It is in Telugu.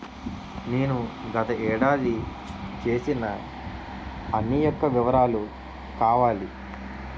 నేను గత ఏడాది చేసిన అన్ని యెక్క వివరాలు కావాలి?